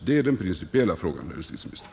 Det är den principiella frågan, herr justitieminister.